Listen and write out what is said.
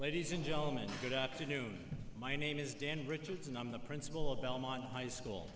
ladies and gentlemen good afternoon my name is dan richardson on the principal of belmont high school